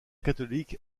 catholique